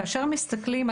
כאשר מסתכלים,